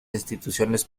instituciones